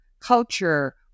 culture